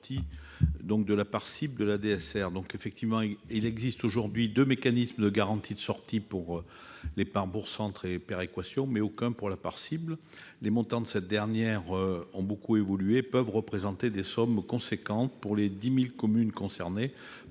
de sortie de la part « cible » de la DSR. Effectivement, il existe aujourd'hui deux mécanismes de garantie de sortie pour les parts « bourg-centre » et « péréquation », mais aucun pour la part « cible ». Les montants de cette dernière ont beaucoup évolué et peuvent représenter des sommes importantes pour les 10 000 communes concernées,